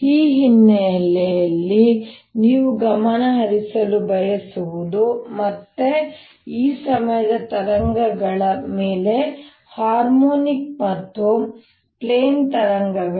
ಈ ಹಿನ್ನೆಲೆಯಲ್ಲಿ ನೀವು ಗಮನಹರಿಸಲು ಬಯಸುವುದು ಮತ್ತೆ ಈ ಸಮಯದ ತರಂಗಗಳ ಮೇಲೆ ಹಾರ್ಮೋನಿಕ್ ಮತ್ತು ಪ್ಲೇನ್ ತರಂಗಗಳು